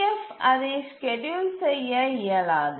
F அதை schedule செய்ய இயலாது